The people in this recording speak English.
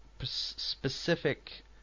specific